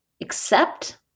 accept